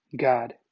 God